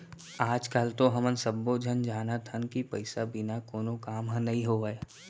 आज काल तो हमन सब्बो झन जानत हन कि पइसा बिना कोनो काम ह नइ होवय